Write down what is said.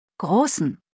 großen